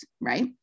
Right